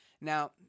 Now